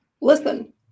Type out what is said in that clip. Listen